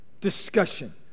discussion